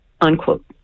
unquote